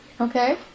Okay